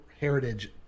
heritage